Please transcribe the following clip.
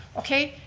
okay,